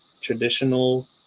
traditional